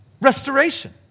Restoration